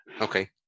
okay